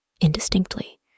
indistinctly